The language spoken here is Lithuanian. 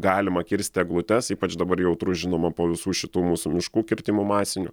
galima kirsti eglutes ypač dabar jautru žinoma po visų šitų mūsų miškų kirtimų masinių